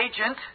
agent